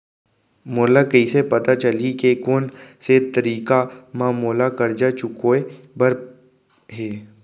मोला कइसे पता चलही के कोन से तारीक म मोला करजा चुकोय बर हे?